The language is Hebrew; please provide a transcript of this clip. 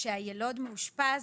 כשהיילוד מאושפז,